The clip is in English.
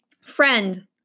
Friend